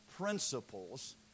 principles